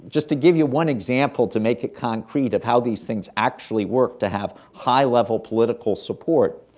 just to give you one example to make it concrete of how these things actually work, to have high-level political support,